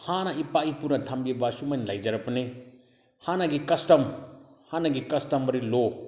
ꯍꯥꯟꯅ ꯏꯄꯥ ꯏꯄꯨꯅ ꯊꯝꯕꯤꯕ ꯁꯨꯃꯥꯏꯅ ꯂꯩꯖꯔꯛꯄꯅꯦ ꯍꯥꯟꯅꯒꯤ ꯀꯁꯇꯝ ꯍꯥꯟꯅꯒꯤ ꯀꯁꯇꯃꯔꯤ ꯂꯣ